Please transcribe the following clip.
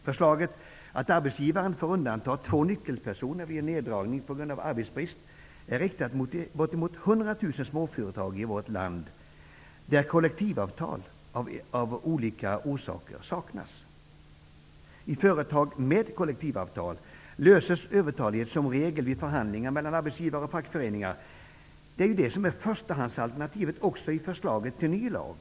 Förslaget om att arbetsgivaren skall få undanta två nyckelpersoner vid en neddragning på grund av arbetsbrist är riktat till bortemot 100 000 småföretag i vårt land, där kollektivavtal av olika skäl saknas. I företag med kollektivavtal löses övertalighet som regel vid förhandlingar mellan arbetsgivare och fackföreningar. Detta är ju förstahandsalternativet också i förslaget till ny lag.